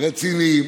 אני